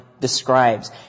describes